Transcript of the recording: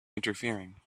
interfering